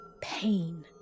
pain